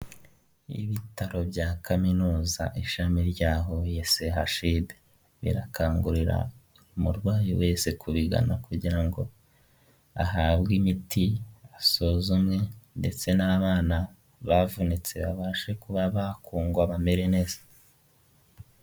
Ibitaro bya kaminuza ishami rya Huye sehashide birakangurira umurwayi wese kubigana kugira ngo ahabwe imiti asuzumwe ndetse n'abana bavunitse babashe kuba bakungwa bamere neza.